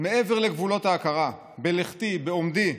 מעבר לגבולות ההכרה, בלכתי, בעומדי,